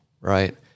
right